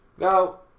Now